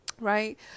right